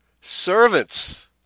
servants